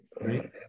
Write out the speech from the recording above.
right